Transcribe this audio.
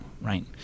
right